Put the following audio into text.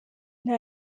nta